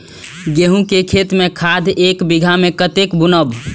गेंहू के खेती में खाद ऐक बीघा में कते बुनब?